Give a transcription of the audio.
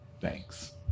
thanks